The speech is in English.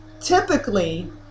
typically